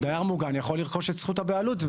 דייר מוגן יכול לרכוש את זכות הבעלות.